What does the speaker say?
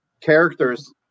characters